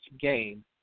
game